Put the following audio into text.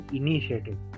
initiative